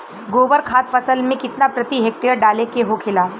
गोबर खाद फसल में कितना प्रति हेक्टेयर डाले के होखेला?